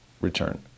return